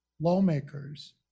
lawmakers